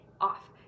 off